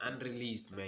Unreleased